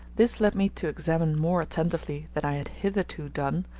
this led me to examine more attentively than i had hitherto done,